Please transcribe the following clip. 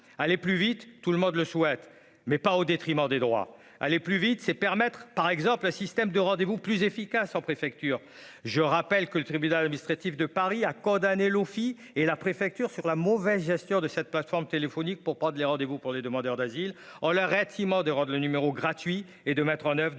aller plus vite, tout le monde le souhaite mais pas au détriment des droits aller plus vite, c'est permettre, par exemple, système de rendez vous plus efficace en préfecture, je rappelle que le tribunal administratif de Paris a condamné l'OFI et la préfecture sur la mauvaise gestion de cette plateforme téléphonique pour prendre les rendez vous pour les demandeurs d'asile, on arrête, ciment de rende le numéro gratuit et de mettre en oeuvre des